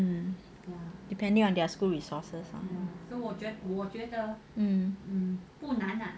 um depending on their school resources ah